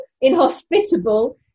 inhospitable